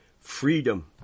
freedom